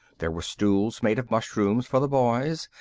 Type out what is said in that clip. there were stools made of mushrooms for the boys,